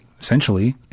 essentially